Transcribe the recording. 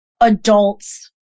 adults